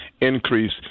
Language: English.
increase